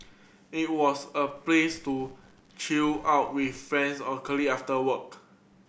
it was a place to chill out with friends or colleague after work